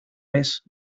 mes